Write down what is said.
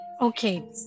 Okay